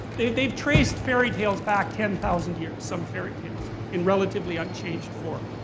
they've they've traced fairy tales back ten thousand years, some fairy tales, in relatively unchanged form.